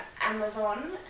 Amazon